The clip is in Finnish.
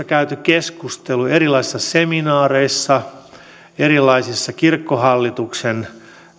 käyty keskustelua erilaisissa seminaareissa erilaisissa kirkkohallituksen